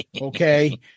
Okay